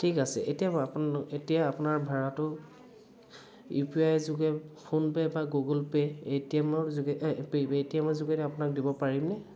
ঠিক আছে এতিয়া মই আপোনালো এতিয়া আপোনাৰ ভাড়াটো ইউ পি আইৰ যোগে ফোন পে' বা গোগল পে' এ টি এমৰ যোগে পে' টি এমৰ যোগেদিও আপোনাক দিব পাৰিমনে